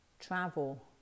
travel